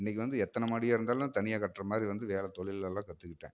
இன்னைக்கு வந்து எத்தனை மாடியாக இருந்தாலும் தனியாக கட்டுற மாதிரி வந்து வேலை தொழிலெல்லாம் கற்றுக்கிட்டேன்